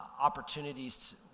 opportunities